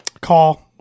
call